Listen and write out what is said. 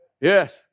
Yes